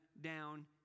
down